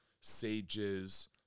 sages